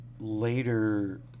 later